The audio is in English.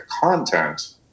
content